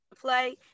play